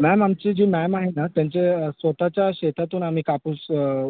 ma'am आमची जी ma'am आहे ना त्यांच्या स्वतःच्या शेतातून आम्ही कापूस